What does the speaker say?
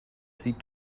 sieht